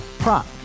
Prop